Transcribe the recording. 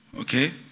Okay